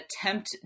attempt